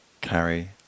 carry